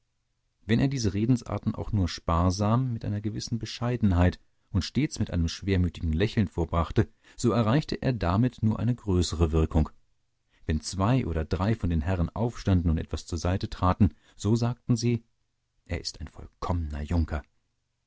wenn er diese redensarten auch nur sparsam mit einer gewissen bescheidenheit und stets mit einem schwermütigen lächeln vorbrachte so erreichte er damit nur eine größere wirkung wenn zwei oder drei von den herren aufstanden und etwa zur seite traten so sagten sie es ist ein vollkommener junker